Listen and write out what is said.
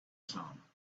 some